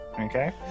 okay